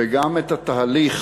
וגם את התהליך,